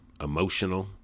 emotional